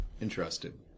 interested